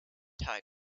thai